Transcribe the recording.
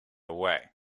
away